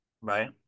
right